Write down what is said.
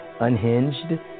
unhinged